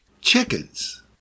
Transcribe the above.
Chickens